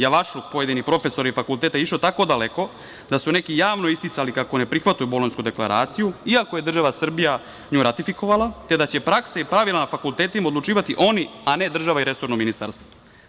Javašluk pojedinih profesora i fakulteta je išao tako daleko da su neki javno isticali kako ne prihvataju Bolonjsku deklaraciju, iako je država Srbija nju ratifikovala, te da će praksa i pravila na fakultetima odlučivati, oni, a ne država i resorno ministarstvo.